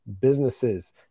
businesses